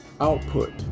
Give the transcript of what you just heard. output